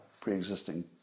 pre-existing